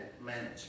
manage